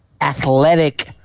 athletic